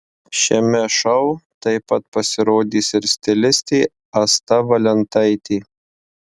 šiame šou taip pat pasirodys ir stilistė asta valentaitė